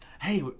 hey